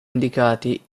indicati